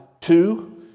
two